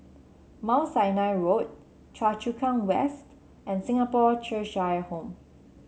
Mount Sinai Road Choa Chu Kang West and Singapore Cheshire Home